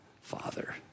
father